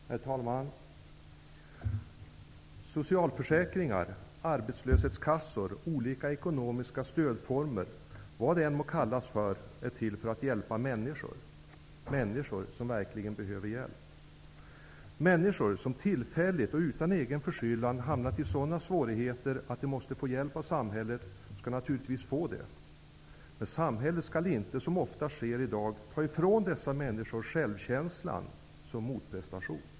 Herr talman! Socialförsäkringar, arbetslöshetskassor olika ekonomiska stödformer, vad de än kallas för, är till för att hjälpa människor, människor som verkligen behöver hjälp. Människor som tillfälligt och utan egen förskyllan har hamnat i sådana svårigheter att de måste få hjälp av samhället skall naturligtvis få det. Men samhället skall inte, som ofta sker i dag, ta ifrån dessa människor självkänslan som motprestation.